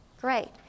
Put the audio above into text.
great